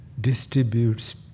distributes